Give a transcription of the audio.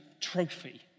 trophy